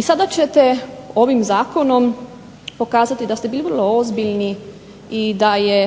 I sad hoćete ovim Zakonom pokazati da ste bili vrlo ozbiljni i da je